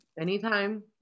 anytime